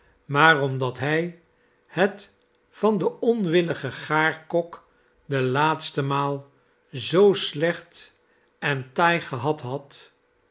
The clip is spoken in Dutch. maar omdat hij het van den onwilligen gaarkok de laatste maal zoo slecht en taai gehad had